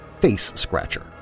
face-scratcher